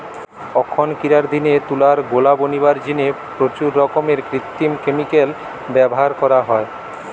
অখনকিরার দিনে তুলার গোলা বনিবার জিনে প্রচুর রকমের কৃত্রিম ক্যামিকাল ব্যভার করা হয়